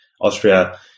Austria